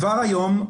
כבר היום,